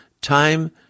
Time